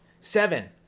seven